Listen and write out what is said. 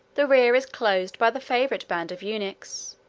the rear is closed by the favorite band of eunuchs,